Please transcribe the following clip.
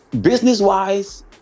business-wise